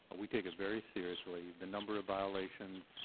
we take it very seriously, the number of violations